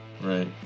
right